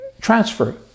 transfer